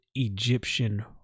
Egyptian